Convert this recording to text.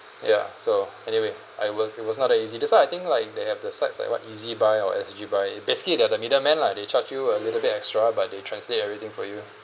ya so anyway I was it was not that easy that's why I think like if they have the sites like what ezbuy or S_G buy basically they are the middleman lah they charge you a little bit extra by they translate everything for you